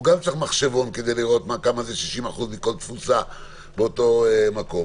הוא צריך מחשבון כדי לבדוק כמה זה 60% מכל תפוסה באותו מקום.